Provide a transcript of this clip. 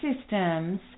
systems